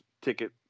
ticket